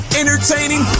entertaining